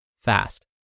fast